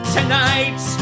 Tonight